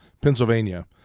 Pennsylvania